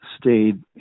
stayed